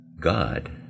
God